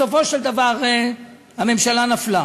בסופו של דבר הממשלה נפלה.